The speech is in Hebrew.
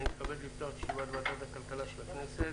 אני מתכבד לפתוח את ישיבת ועדת הכלכלה של הכנסת.